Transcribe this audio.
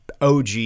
OG